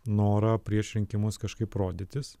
norą prieš rinkimus kažkaip rodytis